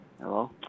Hello